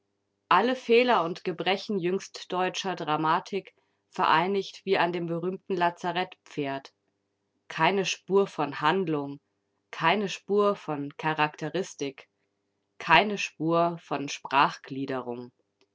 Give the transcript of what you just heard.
alle fehler und gebrechen jüngstdeutscher dramatik vereinigt wie an dem berühmten lazarettpferd keine spur von handlung keine spur von charakteristik keine spur von